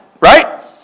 Right